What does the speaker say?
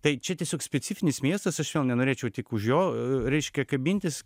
tai čia tiesiog specifinis miestas aš jau nenorėčiau tik už jo reiškia kabintis